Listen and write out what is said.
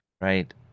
right